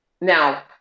Now